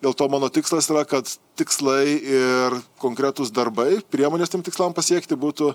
dėl to mano tikslas yra kad tikslai ir konkretūs darbai priemonės tiem tikslam pasiekti būtų